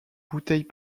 bouteilles